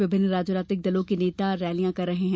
विभिन्न राजनीतिक दलों के नेता रैलियां कर रहे हैं